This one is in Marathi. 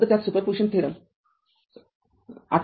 फक्त त्यात सुपर पुजिशन ८